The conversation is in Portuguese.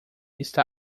está